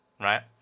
right